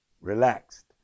relaxed